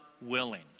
willing